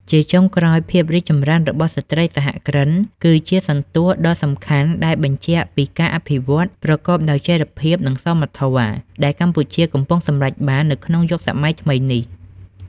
ជាចុងក្រោយ ភាពរីកចម្រើនរបស់ស្ត្រីសហគ្រិន គឺជាសន្ទស្សន៍ដ៏សំខាន់ដែលបញ្ជាក់ពីការអភិវឌ្ឍប្រកបដោយចីរភាព និងសមធម៌ ដែលកម្ពុជាកំពុងសម្រេចបាននៅក្នុងយុគសម័យថ្មីនេះ។